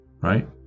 right